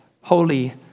holy